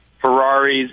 Ferraris